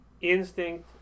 Instinct